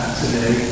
today